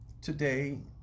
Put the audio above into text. today